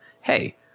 hey